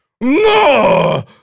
No